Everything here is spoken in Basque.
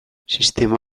sistema